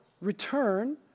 return